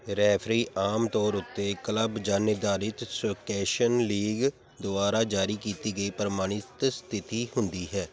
referee ਆਮ ਤੌਰ ਉੱਤੇ ਕਲੱਬ ਜਾਂ ਨਿਰਧਾਰਤ ਸਕੁਐਸ਼ ਲੀਗ ਦੁਆਰਾ ਜਾਰੀ ਕੀਤੀ ਗਈ ਪ੍ਰਮਾਣਿਤ ਸਥਿੱਤੀ ਹੁੰਦੀ ਹੈ